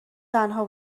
تنها